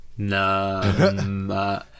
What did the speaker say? No